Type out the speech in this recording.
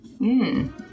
Mmm